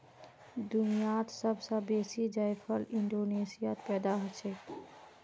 दुनियात सब स बेसी जायफल इंडोनेशियात पैदा हछेक